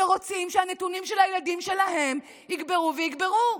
שרוצים שהנתונים של הילדים שלהם יגברו ויגברו,